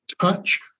touch